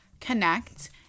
connect